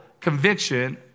conviction